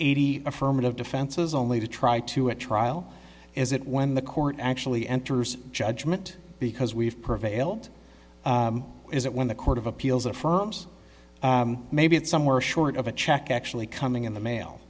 eighty affirmative defenses only to try to at trial is it when the court actually enters judgment because we've prevailed is that when the court of appeals affirms maybe it's somewhere short of a check actually coming in the mail